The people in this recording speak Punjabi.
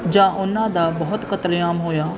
ਜਾਂ ਉਹਨਾਂ ਦਾ ਬਹੁਤ ਕਤਲੇਆਮ ਹੋਇਆ